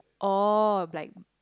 like